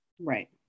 right